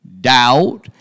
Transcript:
doubt